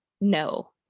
no